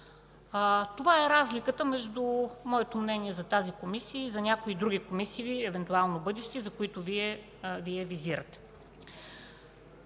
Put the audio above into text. Това е разликата между моето мнение за тази Комисия и за някои други комисии, евентуално бъдещи, които Вие визирате.